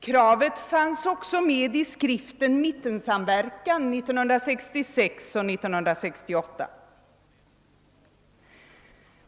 Kravet fanns också med i skriften »Mittensamverkan» 1966 och 1968.